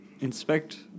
inspect